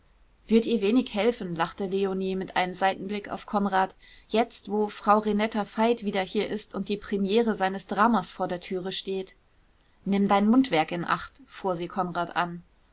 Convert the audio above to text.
wird ihr wenig helfen lachte leonie mit einem seitenblick auf konrad jetzt wo frau renetta veit wieder hier ist und die premiere seines dramas vor der türe steht nimm dein mundwerk in acht fuhr sie konrad an